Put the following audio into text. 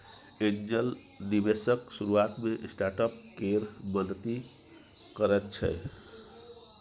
angel निबेशक शुरुआत मे स्टार्टअप केर मदति करैत छै